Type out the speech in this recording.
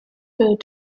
food